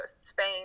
Spain